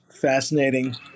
fascinating